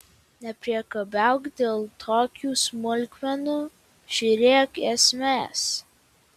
nepriekabiauk dėl tokių smulkmenų žiūrėk esmės